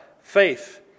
faith